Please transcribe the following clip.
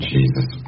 Jesus